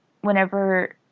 whenever